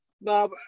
no